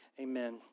Amen